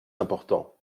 important